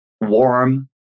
warm